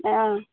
অঁ